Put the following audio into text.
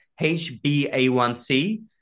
HBA1C